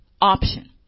option